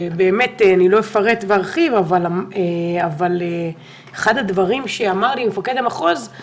לא אפרט וארחיב אבל אחד הדברים שאמר לי מפקד המחוז הוא